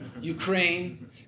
Ukraine